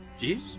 Jeez